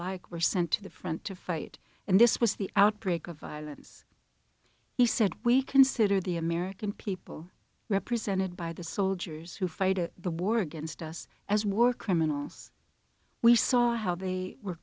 alike were sent to the front to fight and this was the outbreak of violence he said we consider the american people represented by the soldiers who fight at the war against us as war criminals we saw how they were